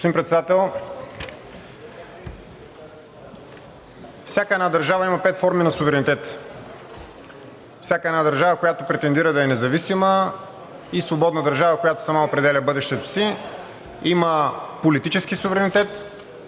Господин Председател, всяка една държава има пет форми на суверенитет. Всяка една държава, която претендира да е независима и свободна държава, която сама определя бъдещето си, има политически суверенитет,